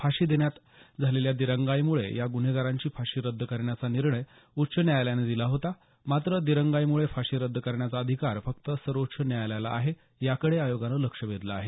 फाशी देण्यात झालेल्या दिरंगाईमुळे या गुन्हेगारांची फाशी रद्द करण्याचा निर्णय उच्च न्यायालयाने दिला होता मात्र दिरंगाईमुळे फाशी रद्द करण्याचा अधिकार फक्त सर्वोच्च न्यायालयाला आहे याकडे आयोगाने लक्ष वेधलं आहे